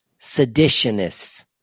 seditionists